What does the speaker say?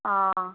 ஆ